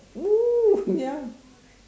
!woo! ya